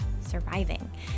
surviving